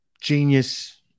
genius